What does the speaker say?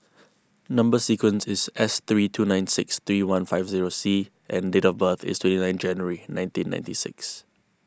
Number Sequence is S three two nine six three one five zero C and date of birth is twenty nine January nineteen ninety six